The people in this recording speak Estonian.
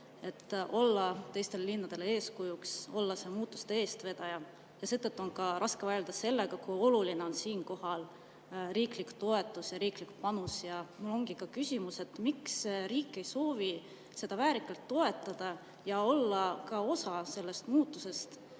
olla teistele linnadele eeskujuks, olla muutuste eestvedaja. Seetõttu on raske vaielda sellega, kui oluline on siinkohal riiklik toetus, riiklik panus. Mul ongi küsimus: miks riik ei soovi seda väärikalt toetada ja olla ka osa sellest muutusest